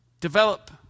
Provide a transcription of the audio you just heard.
Develop